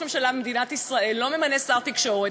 ממשלה במדינת ישראל לא ממנה שר תקשורת,